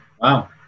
Wow